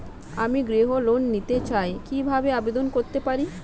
আমি গৃহ ঋণ নিতে চাই কিভাবে আবেদন করতে পারি?